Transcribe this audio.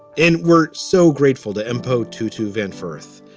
and we're so grateful to mpo too, to vent first.